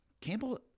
Campbell